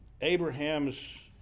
Abraham's